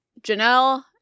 Janelle